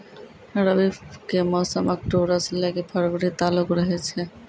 रबी के मौसम अक्टूबरो से लै के फरवरी तालुक रहै छै